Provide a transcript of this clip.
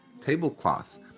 tablecloth